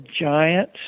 giant